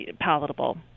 palatable